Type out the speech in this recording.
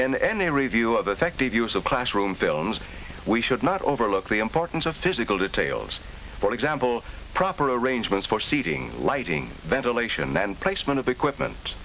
and a review of effective use of classroom films we should not overlook the importance of physical details for example proper arrangements for seating lighting ventilation and placement of the equipment